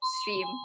stream